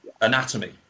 anatomy